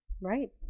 Right